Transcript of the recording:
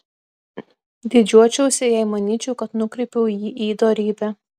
didžiuočiausi jei manyčiau kad nukreipiau jį į dorybę